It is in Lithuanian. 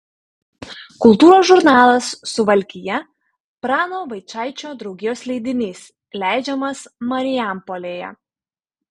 kultūros žurnalas suvalkija prano vaičaičio draugijos leidinys leidžiamas marijampolėje